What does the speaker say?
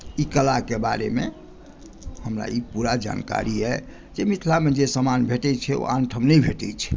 ई कला के बारेमे हमरा ई पूरा जानकारी अइ जे मिथिलामे जे सामान भेटैत छै ओ आनठाम नहि भेटैत छै